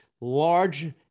large